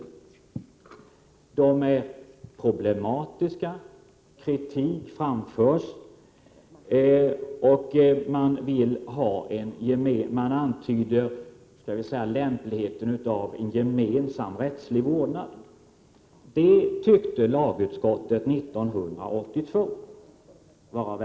År 1982 anför lagutskottet att dessa beslut är problematiska. Kritik framförs, och man ifrågasätter, låt mig säga, lämpligheten av en gemensam rättslig vårdnad. Detta ansåg utskottet alltså då vara av värde att framhålla.